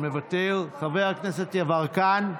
מוותר, חבר הכנסת יברקן,